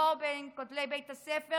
לא בין כותלי בית הספר